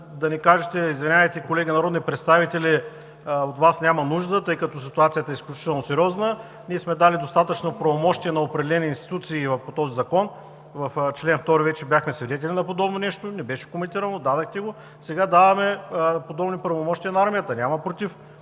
да ни кажете: „Извинявайте, колеги народни представители, от Вас няма нужда, тъй като ситуацията е изключително сериозна. Ние сме дали достатъчно правомощия на определени институции по този закон.“ В чл. 2 вече бяхме свидетели на подобно нещо, не беше коментирано, дадохте го, сега даваме подобни правомощия на армията. Никой няма против